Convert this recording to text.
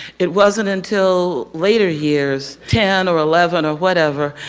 it wasn't until later years, ten or eleven or whatever,